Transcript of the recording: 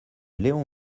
léon